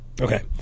Okay